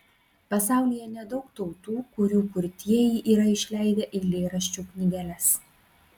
pasaulyje nedaug tautų kurių kurtieji yra išleidę eilėraščių knygeles